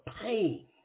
pain